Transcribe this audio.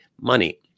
money